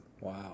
Wow